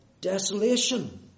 desolation